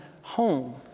home